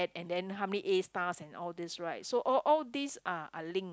and and then how many A stars and all these right so all all these are are link